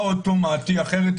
האוטומטי אחרת,